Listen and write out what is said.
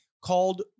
called